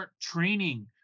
training